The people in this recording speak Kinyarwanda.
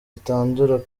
zitandura